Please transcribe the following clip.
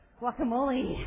guacamole